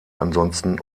ansonsten